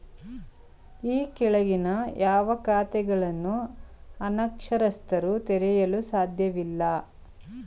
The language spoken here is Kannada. ಈ ಕೆಳಗಿನ ಯಾವ ಖಾತೆಗಳನ್ನು ಅನಕ್ಷರಸ್ಥರು ತೆರೆಯಲು ಸಾಧ್ಯವಿಲ್ಲ?